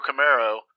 Camaro